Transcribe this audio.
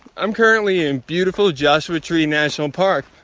i'm currently in beautiful joshua tree national park,